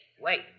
wait